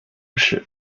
粮食